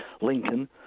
Lincoln